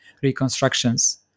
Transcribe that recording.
reconstructions